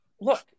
Look